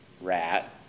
rat